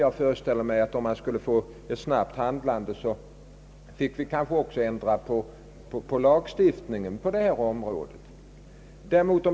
Jag föreställer mig att vi för att få ett snabbt handlande kanske först finge ändra på lagstiftningen på detta område.